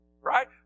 Right